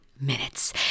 minutes